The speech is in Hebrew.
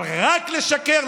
אבל רק לשקר,